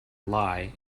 lie